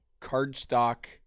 cardstock